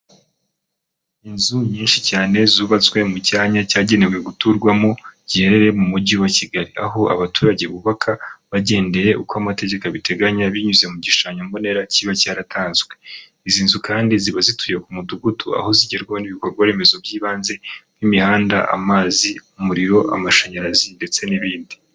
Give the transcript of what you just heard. Inzu nyinshi cyane zubatswe mu cyanya cyagenewe guturwamo giherere mu mujyi wa kigali, aho abaturage bubaka bagendeye uko amategeko abiteganya binyuze mu gishushanyo mbonera kiba cyaratanzwe. Izi nzu kandi ziba zituye ku mudugudu, aho zigerwaho n'ibikorwa remezo by'ibanze nk'imihanda, amazi, umuriro, amashanyarazi ndetse n'ibindi.